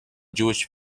jewish